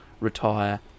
retire